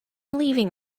leaving